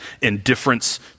indifference